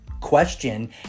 question